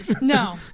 no